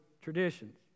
traditions